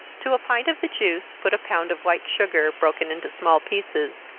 to a pint of the juice put a pound of white sugar, broken into small pieces.